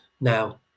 Now